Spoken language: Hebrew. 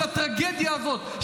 של הטרגדיה הזאת,